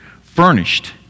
furnished